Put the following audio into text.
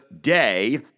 day